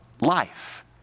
life